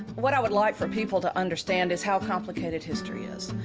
what i would like for people to understand is how complicated history is.